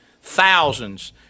thousands